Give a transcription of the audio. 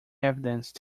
evidence